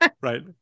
right